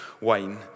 wine